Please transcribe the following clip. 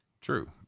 true